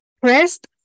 pressed